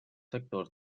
sectors